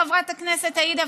חברת הכנסת עאידה,